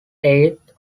eighth